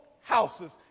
houses